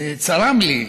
וצרם לי,